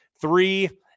Three